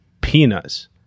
peanuts